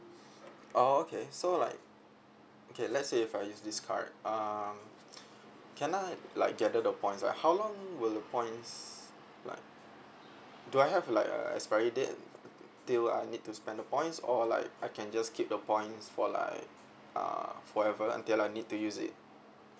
oh okay so like okay let's say if I use this card uh can I like gather the points like how long will the points like do I have like a expiry date till I need to spend the points or like I can just keep the points for like uh forever until I need to use it